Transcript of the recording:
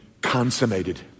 consummated